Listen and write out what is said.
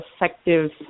effective